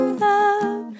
love